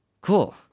cool